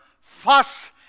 fuss